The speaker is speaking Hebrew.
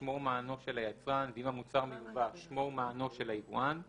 שמו ומענו של היצרן ואם המוצר מיובא שמו ומענו של היבואן;